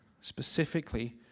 specifically